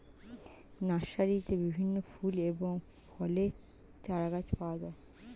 নার্সারিতে বিভিন্ন ফুল এবং ফলের চারাগাছ পাওয়া যায়